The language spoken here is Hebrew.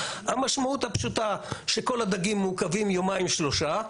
המשמעות הפשוטה שכל הדגים מעוכבים יומיים-שלושה,